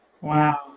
Wow